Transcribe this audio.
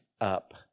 up